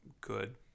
good